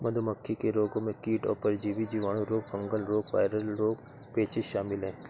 मधुमक्खी के रोगों में कीट और परजीवी, जीवाणु रोग, फंगल रोग, वायरल रोग, पेचिश शामिल है